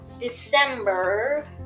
December